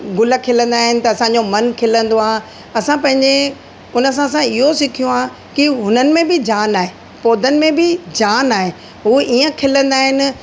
ग़ुल खिलंदा आहिनि त असांजो मनु खिलंदो आहे असां पंहिंजे हुन सां असां इहो सिखियो आहे कि हुननि में नि जान आहे पौधनि में बि जान आहे उहो इअं खिलंदा आहिनि